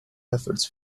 efforts